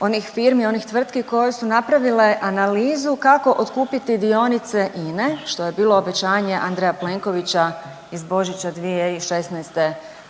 onih firmi, onih tvrtki koje su napravile analizu kako otkupiti dionice INE što je bilo obećanje Andreja Plenkovića iz Božića 2016.